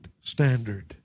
standard